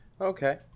Okay